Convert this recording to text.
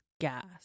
gas